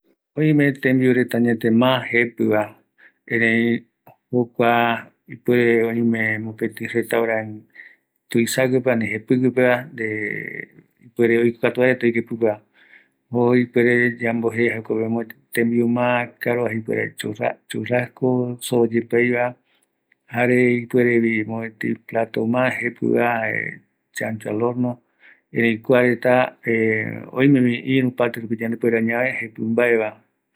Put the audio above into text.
Se mbaetita aikua mboviko jepi tembiu, mopeti restaurant pe, se mbaeti aikua jaevaera, se aikuava jaeko mboapipa, pandepopa rupi erei dólares pe